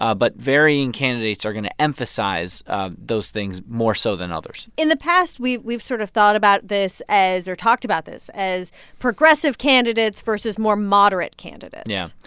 ah but varying candidates are going to emphasize those things more so than others in the past, we've we've sort of thought about this as or talked about this as progressive candidates versus more moderate candidates yeah.